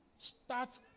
Start